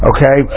Okay